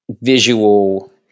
visual